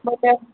ମୋତେ